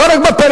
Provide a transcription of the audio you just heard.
לא רק בפריפריה,